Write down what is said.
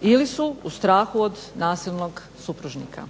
ili su u strahu od nasilnog supružnika.